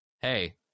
hey